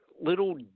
little